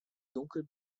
dunkel